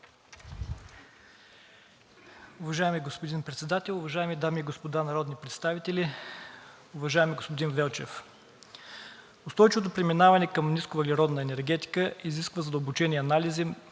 Уважаеми господин Председател, уважаеми дами и господа народни представители! Уважаеми господин Вълчев, устойчивото преминаване към нисковъглеродна енергетика изисква задълбочени анализи,